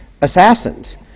Assassins